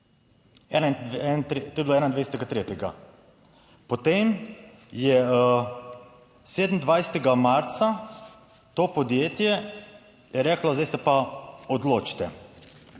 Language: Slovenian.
To je bilo 21. 3. Potem, je 27. marca to podjetje, je reklo, zdaj se pa odločite.